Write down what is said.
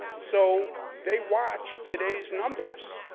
so, they watch today's numbers,